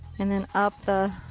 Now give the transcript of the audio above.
and then up the,